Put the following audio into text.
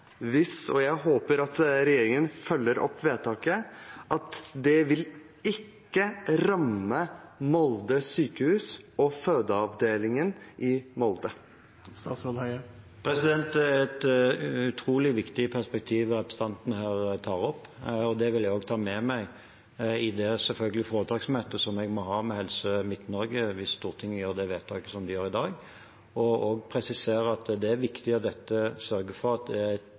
det ikke vil ramme Molde sykehus og fødeavdelingen i Molde. Det er et utrolig viktig perspektiv representanten tar opp. Jeg vil ta det med meg i det foretaksmøtet som jeg selvfølgelig må ha med Helse Midt-Norge hvis Stortinget gjør dette vedtaket i dag, og presisere at det er viktig å sørge for at man ikke risikerer at det ikke er